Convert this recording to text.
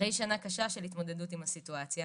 אחרי שנה קשה של התמודדות עם הסיטואציה,